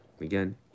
Again